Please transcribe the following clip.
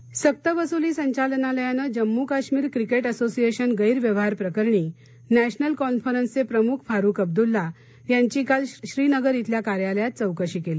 फारुख अब्दल्ला सक्तवसुली संचालनालयानं Jammu Kashmir cricket association गैरव्यवहार प्रकरणी नॅशनल कॉन्फरन्सचप्रिमुख फारुख अब्दुल्ला यांची काल श्रीनगर इथल्या कार्यालयात चौकशी क्ली